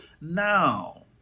now